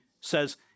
says